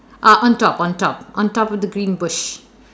uh on top on top on top of the green bush